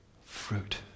fruit